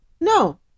No